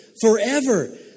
forever